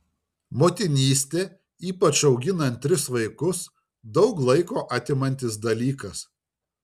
motinystė ypač auginant tris vaikus daug laiko atimantis dalykas